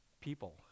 people